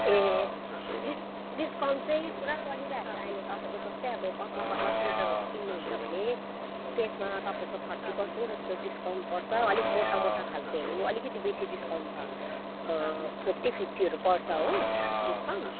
ए डिस् डिस्काउन्ट चाहिँ पुरा चलिरहेको छ अहिले तपाईँको जस्तै पत्ला पत्ला स्वेटरहरू किन्नुहुन्छ भने त्यसमा तपाईँको ठर्ट्टी पर्सेन्ट जस्तो डिस्काउन्ट पर्छ अलिक मोटा मोटा खालकोहरू अलिकति बेसी डिस्काउन्ट छ फोर्टी फिफ्टीहरू पर्छ हो डिस्काउन्ट